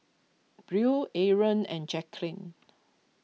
Buell Arron and Jacklyn